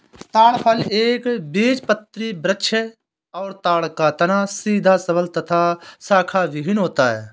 ताड़ फल एक बीजपत्री वृक्ष है और ताड़ का तना सीधा सबल तथा शाखाविहिन होता है